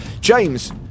James